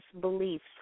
beliefs